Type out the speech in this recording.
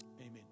Amen